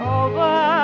over